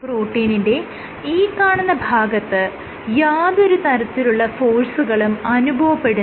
പ്രോട്ടീനിന്റെ ഈ കാണുന്ന ഭാഗത്ത് യാതൊരു തരത്തിലുള്ള ഫോഴ്സുകളും അനുഭവപ്പെടുന്നില്ല